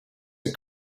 the